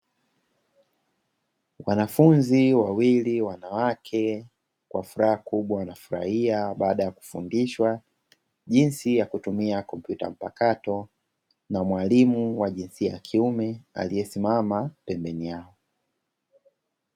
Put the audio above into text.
Wanafunzi wawili wanawake kwa furaha kubwa wanafurahia, baada ya kufundishwa jinsi ya kutumia kompyuta mpakato na mwalimu aliyesimama pembeni yao.